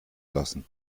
lassen